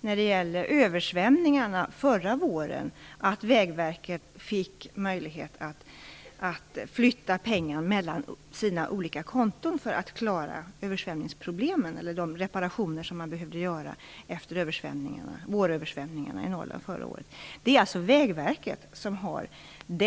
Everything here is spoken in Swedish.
När det gällde översvämningarna förra våren gav vi Vägverket möjlighet att flytta pengar mellan sina olika konton för att klara översvämningsproblemen och de reparationer man behövde göra. Det är alltså Vägverket som har